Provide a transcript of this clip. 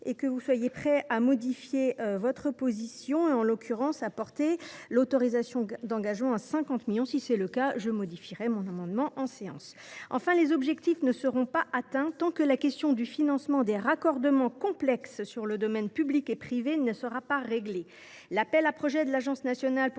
puisque vous seriez prêt à modifier votre position en portant l’autorisation d’engagement à 50 millions d’euros. Si c’est le cas, je modifierai notre amendement en séance. Enfin, les objectifs ne seront pas atteints tant que la question du financement des raccordements complexes, sur les domaines public et privé, ne sera pas réglée. L’appel à projets de l’Agence nationale de